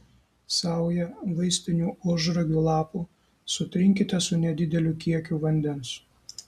saują vaistinių ožragių lapų sutrinkite su nedideliu kiekiu vandens